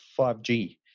5G